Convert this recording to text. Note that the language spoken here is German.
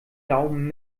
daumen